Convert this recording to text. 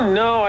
no